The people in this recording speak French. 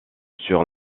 sur